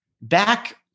Back